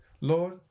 Lord